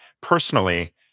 personally